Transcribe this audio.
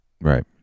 Right